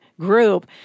group